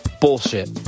bullshit